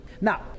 Now